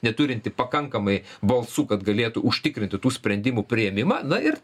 neturinti pakankamai balsų kad galėtų užtikrinti tų sprendimų priėmimą na ir